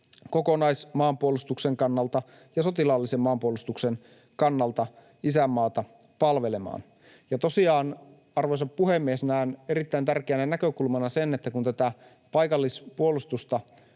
kokonaismaanpuolustuksen kannalta ja sotilaallisen maanpuolustuksen kannalta isänmaata palvelemaan. Ja tosiaan, arvoisa puhemies, näen erittäin tärkeänä näkökulmana sen, että kun tätä paikallispuolustusta